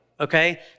okay